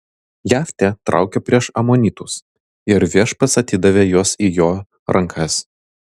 jeftė traukė prieš amonitus ir viešpats atidavė juos į jo rankas